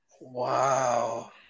Wow